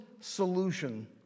solution